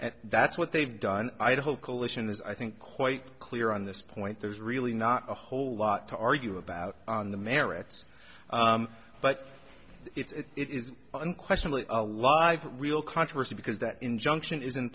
and that's what they've done idaho coalition is i think quite clear on this point there's really not a whole lot to argue about on the merits but it's it is unquestionably a live real controversy because that injunction is in